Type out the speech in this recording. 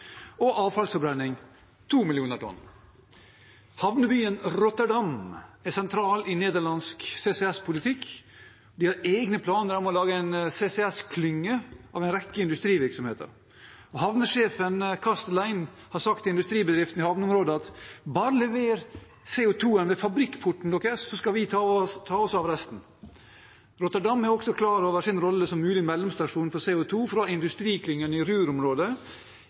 og avfallsforbrenning, 2 mill. tonn. Havnebyen Rotterdam er sentral i nederlandsk CCS-politikk. De har egne planer om å lage en CCS-klynge av en rekke industrivirksomheter. Havnesjefen, Castelein, har sagt til industribedriftene i havneområdet: Bare lever CO 2 -en ved fabrikkporten deres, så skal vi ta oss av resten! Rotterdam er også klar over sin rolle som mulig mellomstasjon for CO 2 fra industriklynger i